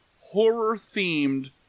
horror-themed